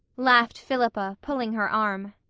laughed philippa, pulling her arm.